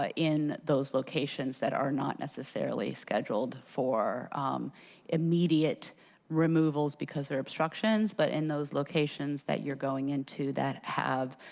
ah in those locations that are not necessarily scheduled for immediate removals because there are obstructions. but in those locations that you're going into that have